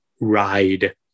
ride